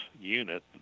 unit